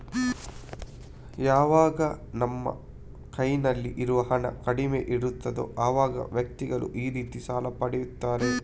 ಯಾವಾಗ ನಮ್ಮ ಕೈನಲ್ಲಿ ಇರುವ ಹಣ ಕಡಿಮೆ ಇರ್ತದೋ ಅವಾಗ ವ್ಯಕ್ತಿಗಳು ಈ ರೀತಿ ಸಾಲ ಪಡೀತಾರೆ